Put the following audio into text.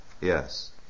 Yes